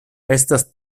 estas